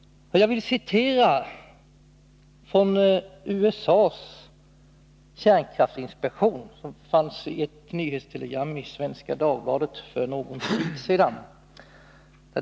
Jag vill citera ett referat från USA:s kärnkraftsinspektion, vilket återfanns i ett nyhetstelegram i Svenska Dagbladet för någon tid sedan.